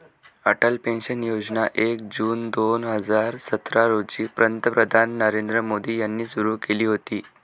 Atal pension योजना एक जून दोन हजार सतरा रोजी पंतप्रधान नरेंद्र मोदी यांनी सुरू केली होती